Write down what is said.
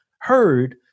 heard